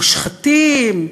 מושחתים,